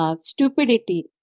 Stupidity